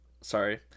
Sorry